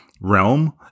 realm